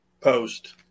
Post